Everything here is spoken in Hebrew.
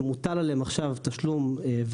שהוטל עליהם עכשיו תשלום תחזוקה,